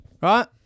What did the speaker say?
Right